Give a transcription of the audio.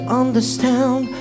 understand